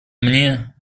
мне